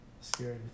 scary